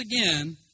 again